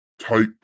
Type